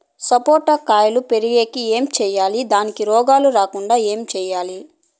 సపోట కాయలు పెరిగేకి ఏమి సేయాలి దానికి రోగాలు రాకుండా ఏమి సేయాలి?